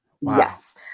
Yes